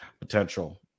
potential